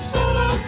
Solo